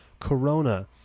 corona